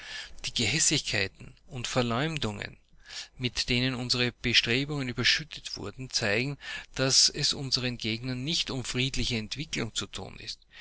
die gehässigkeiten und verleumdungen mit denen unsere bestrebungen überschüttet werden zeigen daß es unseren gegnern nicht um friedliche entwicklung zu tun ist